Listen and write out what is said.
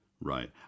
Right